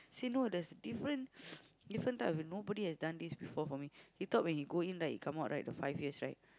say no there's different different type of nobody has done this before for me he thought when he go in right come out right the five years right